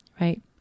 right